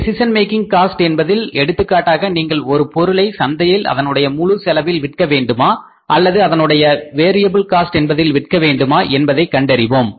decision making cost என்பதில் எடுத்துக்காட்டாக நீங்கள் ஒரு பொருளை சந்தையில் அதனுடைய முழு செலவில் விற்க வேண்டுமா அல்லது அதனுடைய வேரியபுள் காஸ்ட் என்பதில் விற்க வேண்டுமா என்பதை கண்டறிவோம்